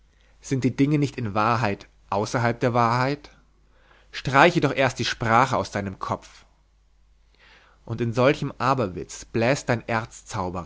sind die dinge nicht in wahrheit außerhalb der wahrheit streiche doch erst die sprache aus deinem kopf und in solchen aberwitz bläst dein